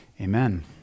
Amen